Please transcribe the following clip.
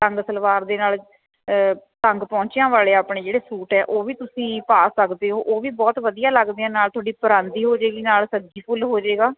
ਤੰਗ ਸਲਵਾਰ ਦੇ ਨਾਲ਼ ਤੰਗ ਪੋਚਿਆਂ ਵਾਲੇ ਆਪਣੇ ਜਿਹੜੇ ਸੂਟ ਹੈ ਉਹ ਵੀ ਤੁਸੀਂ ਪਾ ਸਕਦੇ ਓ ਉਹ ਵੀ ਬਹੁਤ ਵਧੀਆ ਲੱਗਦੇ ਹੈ ਨਾਲ਼ ਥੋੜੀ ਪਰਾਂਦੀ ਹੋਜੇਗੀ ਨਾਲ਼ ਸੱਗੀ ਫੁੱਲ ਹੋਜੇਗਾ